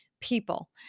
people